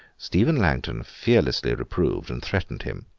stephen langton fearlessly reproved and threatened him.